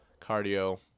cardio